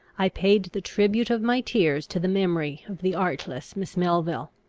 i paid the tribute of my tears to the memory of the artless miss melville.